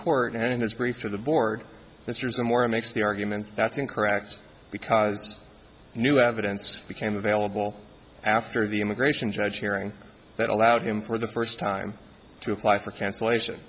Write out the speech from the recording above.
court and in his brief to the board this years and more and makes the argument that's incorrect because new evidence became available after the immigration judge hearing that allowed him for the first time to apply for cancellation